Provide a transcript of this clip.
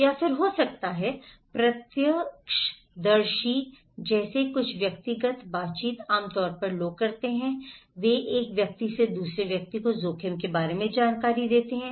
या हो सकता है प्रत्यक्षदर्शी जैसे कुछ व्यक्तिगत बातचीत आम तौर पर लोग करते हैं वे एक व्यक्ति से दूसरे व्यक्ति के जोखिम के बारे में जानकारी देते हैं